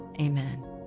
Amen